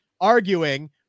arguing